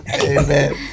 amen